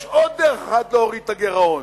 יש עוד דרך אחת להוריד את הגירעון,